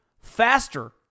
faster